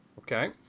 Okay